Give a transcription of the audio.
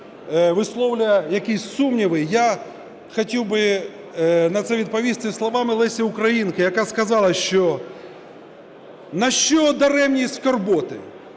висловлює якісь сумніви, я хотів би на це відповісти словами Лесі Українки, яка сказала: "Нащо даремнії скорботи?